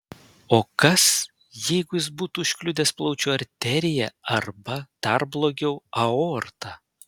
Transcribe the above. o kas jeigu jis būtų užkliudęs plaučių arteriją arba dar blogiau aortą